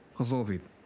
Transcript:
resolvido